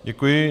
Děkuji.